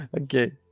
Okay